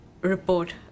report